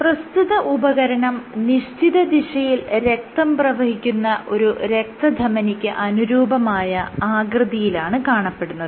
പ്രസ്തുത ഉപകരണം നിശ്ചിത ദിശയിൽ രക്തം പ്രവഹിക്കുന്ന ഒരു രക്തധമനിക്ക് അനുരൂപമായ ആകൃതിയിലാണ് കാണപ്പെടുന്നത്